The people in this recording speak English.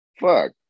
Fuck